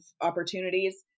opportunities